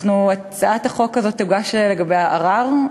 הצעת החוק הזאת יוגש עליה ערר,